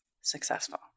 successful